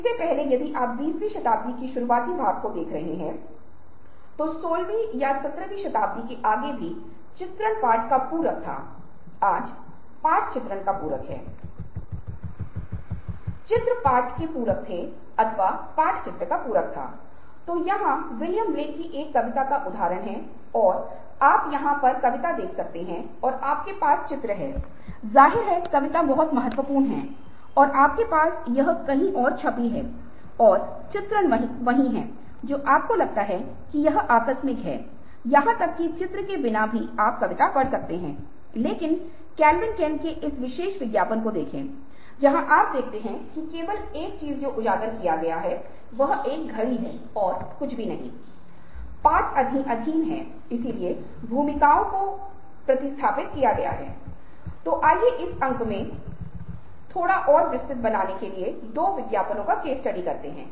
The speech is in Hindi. इसलिए एक बार जब आप हर मुद्दे के प्लस और माइनस लेकर गंभीर रूप से समाधान का मूल्यांकन करते हैं और फिर आप सोचते हैं कि कौन सा समाधान हो सकता है जो उद्योग के लिए अधिक फायदेमंद हो सकता है और उद्योग एक्स के लिए कम हानिकारक और जानकारी और तर्क के साथ और समझने कि सबूत के साथ और डेटा के साथ आप एक विशेष समाधान के लिए आ सकते हैं